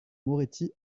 moretti